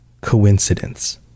coincidence